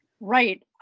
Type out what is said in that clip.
Right